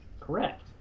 correct